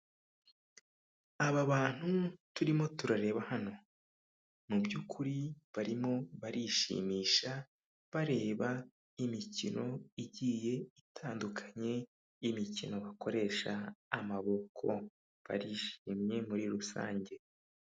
Aba bantu turimo turareba hano mu byukuri barimo barishimisha bareba imikino igiye itandukanye, imikino bakoresha amaboko, barishimye muri rusange.